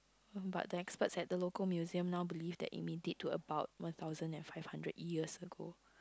but the experts at the local museum now believe that it may date to about one thousand and five hundred years ago